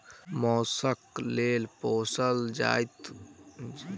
मौसक लेल पोसल जाय बाला भेंड़ मे टर्कीक अचिपयाम आ इथोपियाक अदलक नाम अबैत अछि